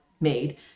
made